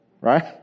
right